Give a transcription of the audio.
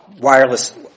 wireless